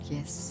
Yes